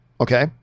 Okay